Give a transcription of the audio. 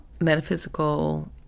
metaphysical